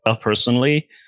personally